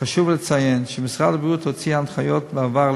חשוב לציין כי בעבר הוציא משרד הבריאות הנחיות לציבור,